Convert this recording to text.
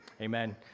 Amen